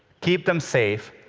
keep them safe,